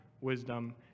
wisdom